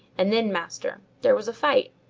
and then, master, there was a fight,